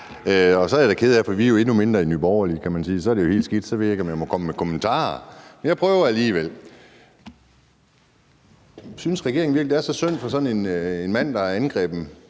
Så bliver jeg da ked af det, for vi er endnu mindre i Nye Borgerlige, kan man sige, og så er det jo helt skidt, og så ved jeg ikke, om jeg må komme med kommentarer. Men jeg prøver alligevel. Synes regeringen virkelig, det er så synd for sådan en mand, der har angrebet